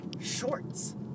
shorts